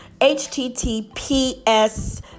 https